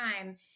time